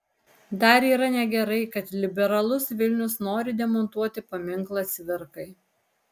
dar yra negerai kad liberalus vilnius nori demontuoti paminklą cvirkai